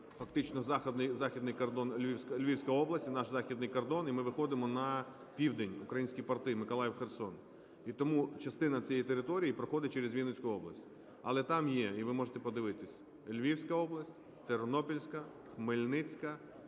фактично західний кордон, Львівська область, наш західний кордон і ми виходимо на південь, в українські порти Миколаїв і Херсон. І тому частина цієї території проходить через Вінницьку область. Але там є, і ви можете подивитись, Львівська область, Тернопільська, Хмельницька,